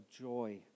joy